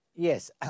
Yes